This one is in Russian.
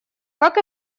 как